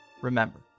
remember